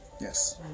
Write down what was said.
Yes